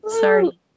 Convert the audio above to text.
Sorry